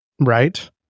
Right